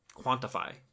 quantify